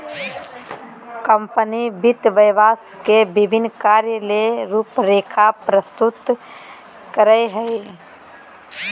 company वित्त व्यवसाय के विभिन्न कार्य ले रूपरेखा प्रस्तुत करय हइ